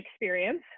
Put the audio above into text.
experience